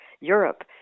Europe